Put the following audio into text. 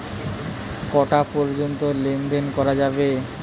কটা পর্যন্ত লেন দেন করা যাবে?